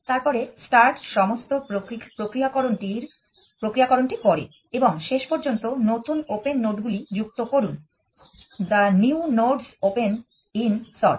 তারপরে স্টার্ট সমস্ত প্রক্রিয়াকরণটি করে এবং শেষ পর্যন্ত নতুন ওপেন নোডগুলি যুক্ত করুন the new nodes open in sort